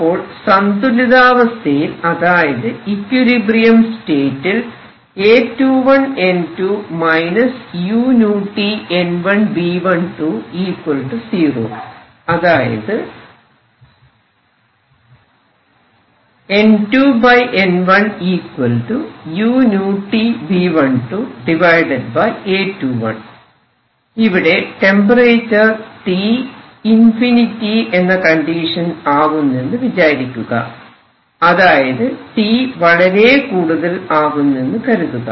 അപ്പോൾ സന്തുലിതാവസ്ഥയിൽ അതായത് ഇക്വിലിബ്രിയം സ്റ്റേറ്റിൽ A21N2 uTN1B120 അതായത് ഇവിടെ ടെമ്പറേച്ചർ T →∞ എന്ന കണ്ടീഷൻ ആകുന്നെന്നു വിചാരിക്കുക അതായത് T വളരെ കൂടുതൽ ആകുന്നെന്നു കരുതുക